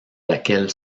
laquelle